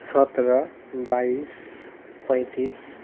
सत्र बाइस पैँतिस